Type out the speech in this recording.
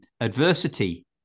adversity